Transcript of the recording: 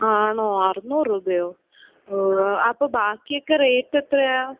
ആണൊ അറുന്നൂറ് രൂപയോ ഓ അപ്പം ബാക്കിയൊക്കെ റേറ്റ് എത്രയാണ്